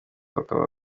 ukaba